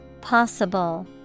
Possible